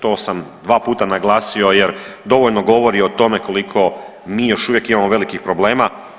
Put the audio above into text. To sam dva puta naglasio jer dovoljno govori o tome koliko mi još uvijek imamo velikih problema.